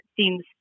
seems